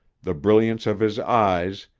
the brilliance of his eyes,